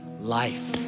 life